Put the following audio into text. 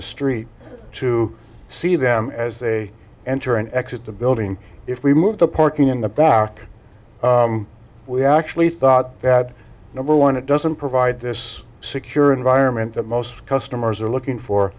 the street to see them as they enter and exit the building if we move the parking in the back we actually thought that number one it doesn't provide this secure environment that most customers are looking for